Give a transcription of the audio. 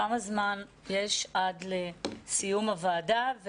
כמה זמן נותר עד סיום הוועדה?